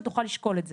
ותוכל לשקול את זה.